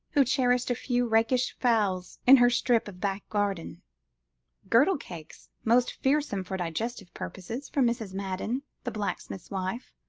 who cherished a few rakish fowls in her strip of back garden girdle cakes, most fearsome for digestive purposes, from mrs. madden, the blacksmith's wife,